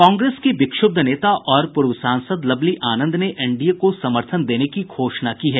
कांग्रेस की विक्षुब्ध नेता और पूर्व सांसद लवली आनंद ने एनडीए को समर्थन देने की घोषणा की है